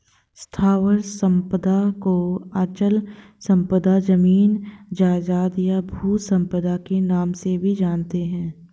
स्थावर संपदा को अचल संपदा, जमीन जायजाद, या भू संपदा के नाम से भी जानते हैं